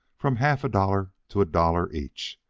from half a dollar to a dollar each.